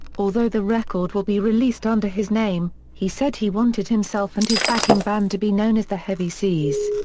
although the record will be released under his name, he said he wanted himself and his backing band to be known as the heavy seas.